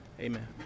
Amen